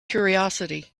curiosity